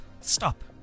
stop